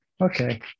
Okay